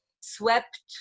swept